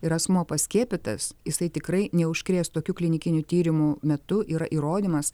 ir asmuo paskiepytas jisai tikrai neužkrės tokių klinikinių tyrimu metu yra įrodymas